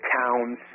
towns